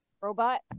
robot